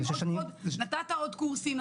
נתת עוד קורסים.